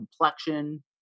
complexion